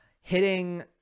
hitting